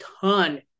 ton